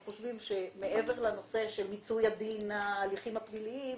שמעבר לנושא של מיצוי הדין וההליכים הפליליים,